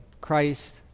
Christ